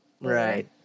Right